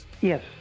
Yes